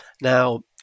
Now